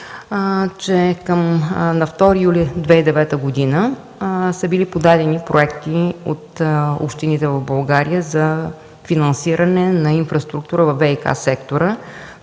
На 2 юли 2009 г. са били подадени проекти от общините в България за финансиране на инфраструктура във ВиК сектора.